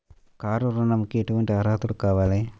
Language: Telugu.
కారు ఋణంకి ఎటువంటి అర్హతలు కావాలి?